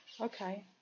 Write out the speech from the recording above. okay